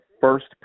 first